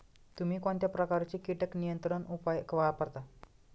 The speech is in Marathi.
तुम्ही कोणत्या प्रकारचे कीटक नियंत्रण उपाय वापरता?